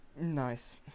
nice